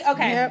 Okay